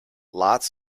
lots